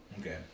Okay